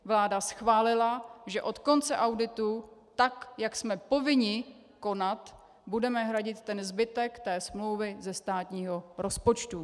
Vláda schválila, že od konce auditu tak, jak jsme povinni konat, budeme hradit ten zbytek smlouvy ze státního rozpočtu.